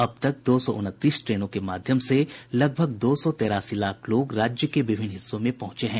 अब तक दो सौ उनतीस ट्रेनों के माध्यम से लगभग दो लाख तेरासी हजार लोग राज्य के विभिन्न हिस्सों में पहुंचे हैं